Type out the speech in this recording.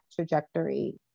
trajectory